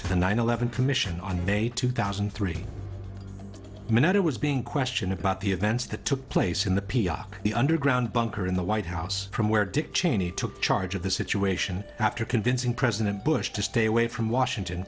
to the nine eleven commission on may two thousand and three minute it was being questioned about the events that took place in the p i the underground bunker in the white house from where dick cheney took charge of the situation after convincing president bush to stay away from washington